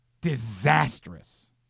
Disastrous